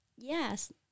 Yes